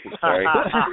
Sorry